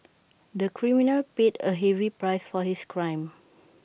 the criminal paid A heavy price for his crime